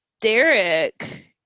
Derek